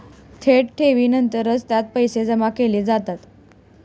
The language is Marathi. थेट ठेवीनंतरच त्यात पैसे जमा केले जातात